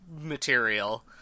material